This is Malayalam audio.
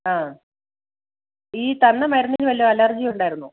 ആ ഈ തന്ന മരുന്നിന് വല്ലതും അലർജി ഉണ്ടായിരുന്നോ